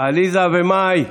עליזה ומאי,